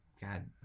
God